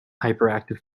hyperactive